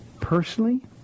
Personally